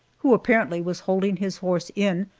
who apparently was holding his horse in,